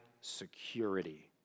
security